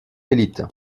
élite